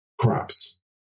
crops